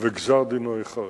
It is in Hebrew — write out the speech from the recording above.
ודינו ייחרץ.